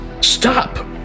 Stop